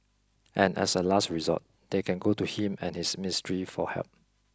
and as a last resort they can go to him and his ministry for help